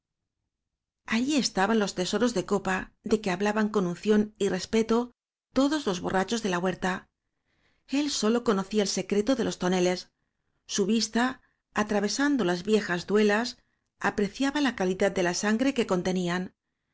allí estaban los tesoros de copa de que hablaban con unción y respeto todos los bo rrachos de la huerta el solo conocía el secre to de los toneles su vista atravesando las vie jas duelas apreciaba la calidad de la sangre que contenían